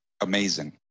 amazing